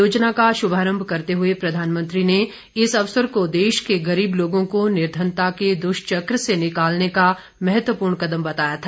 योजना का शुभारम्भ करते हुए प्रधानमंत्री ने इस अवसर को देश के गरीब लोगों को निर्धनता के दुष्वक्र से निकालने का महत्वपूर्ण कदम बताया था